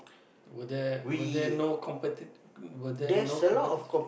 were there were there no competi~ were there no competitor